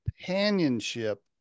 companionship